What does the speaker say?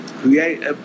Create